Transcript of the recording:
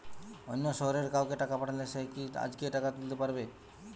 অন্য শহরের কাউকে টাকা পাঠালে সে কি আজকেই টাকা তুলতে পারবে?